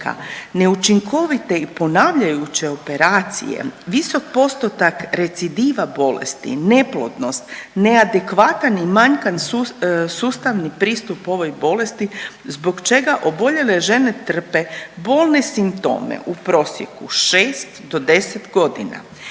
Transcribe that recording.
neučinkovite i ponavljajuće operacije, visok postotak recidiva bolesti, neplodnost, neadekvatan i manjkavi sustavni pristup ovoj bolesti, zbog čega oboljele žene trpe bolne simptome u prosjeku 6 do 10 godina.